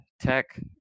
Tech